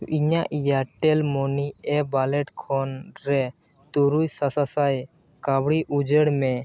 ᱤᱧᱟᱹᱜ Airtel money app wallet ᱠᱷᱚᱱ ᱨᱮ ᱛᱩᱨᱩᱭ ᱥᱟᱥᱟᱥᱟᱭ ᱠᱟᱹᱣᱲᱤ ᱩᱡᱟᱹᱲ ᱢᱮ